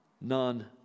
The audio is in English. None